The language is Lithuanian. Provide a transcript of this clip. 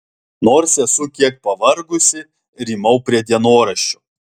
nors esu kiek pavargusi rymau prie dienoraščio